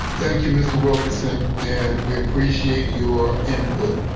thank you, mr. wilkerson and we appreciate your input.